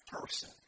person